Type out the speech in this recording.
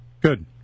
Good